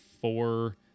four